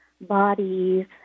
bodies